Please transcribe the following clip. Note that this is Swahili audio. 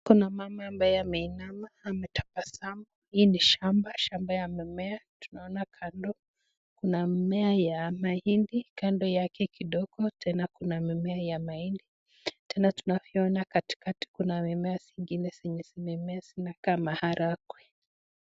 Kuna mama ambaye ameinama ametabasamu. Hii ni shamba, shamba ya mimeatunaona kando kuna mimea ya mahindi ,kando yake kidogo tena kuna mimea ya mahindi tena tunavyoona katikati kuna mimea zengine zenye zimemea zinakaa maharagwe.